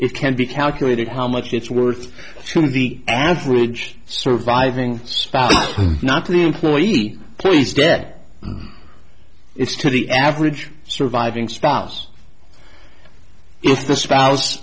it can be calculated how much it's worth to the average surviving spouse not to the employee base that is to the average surviving spouse if the spouse